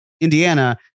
Indiana